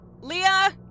Leah